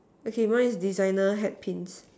okay mine is designer hat Pins